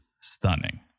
stunning